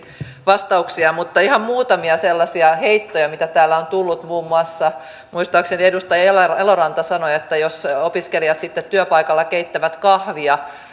vastauksia mutta ihan muutamia sellaisia heittoja mitä täällä on tullut muun muassa muistaakseni edustaja eloranta eloranta sanoi että opiskelijat sitten työpaikalla saattavat keittää kahvia